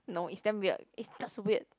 no it's damn weird it's just weird